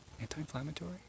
Anti-inflammatory